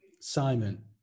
Simon